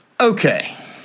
Okay